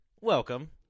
welcome